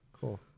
Cool